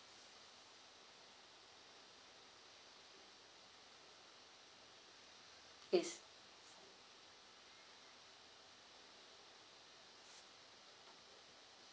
yes